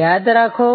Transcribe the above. યાદ રાખો